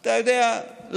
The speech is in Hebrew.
אתה יודע,